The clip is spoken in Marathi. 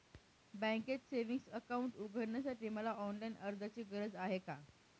बँकेत सेविंग्स अकाउंट उघडण्यासाठी मला ऑनलाईन अर्जाची गरज आहे का?